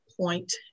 point